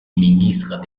ministre